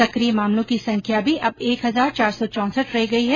सकिय मामलो की संख्या भी अब एक हजार चार सौ चौसठ रह गई है